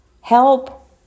help